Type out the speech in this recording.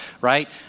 right